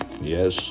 Yes